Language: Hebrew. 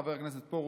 חבר הכנסת פרוש,